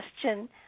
question